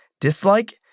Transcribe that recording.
dislike